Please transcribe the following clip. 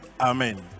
Amen